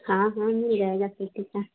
हाँ हाँ मिल जाएगा पेटी का